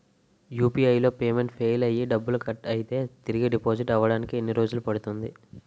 UPI లో payment fail అయ్యి డబ్బులు కట్ అయితే తిరిగి డిపాజిట్ అవ్వడానికి ఎన్ని రోజులు పడుతుంది?